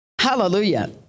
Hallelujah